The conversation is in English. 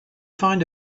find